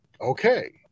Okay